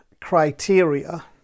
criteria